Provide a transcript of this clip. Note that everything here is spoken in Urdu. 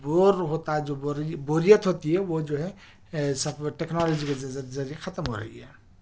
بور ہوتا ہے جو بوری بوریت ہوتی ہے وہ جو ہے سفر ٹیکنالوجی کے ذریعے ختم ہو رہی ہے